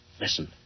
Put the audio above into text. Listen